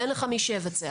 אין לך מי שיבצע.